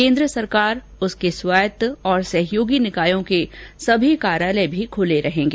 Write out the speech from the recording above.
केन्द्र सरकार उसके स्वायत्त और सहयोगी निकायों के सभी कार्यालय खुले रहेंगे